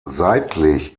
seitlich